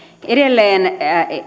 edelleen